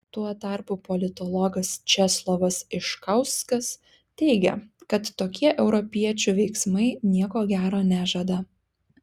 tuo tarpu politologas česlovas iškauskas teigia kad tokie europiečių veiksmai nieko gero nežada